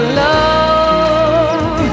love